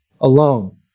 alone